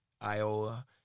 Iowa